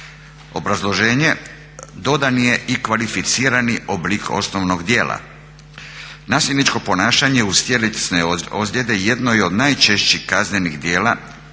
obrazloženje, dodan je i kvalificirani oblik osnovnog djela. Nasilničko ponašanje uz tjelesne ozljede jedno je od najčešćih kaznenih djela